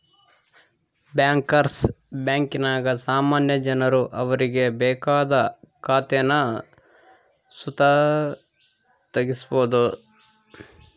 bankers ಬ್ಯಾಂಕಿನಾಗ ಸಾಮಾನ್ಯ ಜನರು ಅವರಿಗೆ ಬೇಕಾದ ಖಾತೇನ ಸುತ ತಗೀಬೋದು